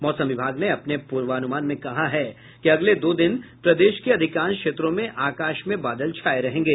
मौसम विभाग ने अपन पूर्वामुमान में कहा है कि अगले दो दिन प्रदेश के अधिकांश क्षेत्रों में आकाश में बादल छाये रहेंगे